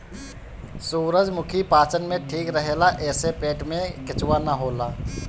सूरजमुखी पाचन में ठीक रहेला एसे पेट में केचुआ ना होला